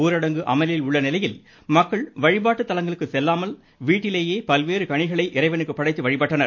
ஊரடங்கு அமலில் உள்ள நிலையில் மக்கள் வழிபாட்டு தலங்களுக்கு செல்லாமல் வீட்டிலேயே பல்வேறு கனிகளை படைத்து வழிபட்டனர்